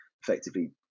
effectively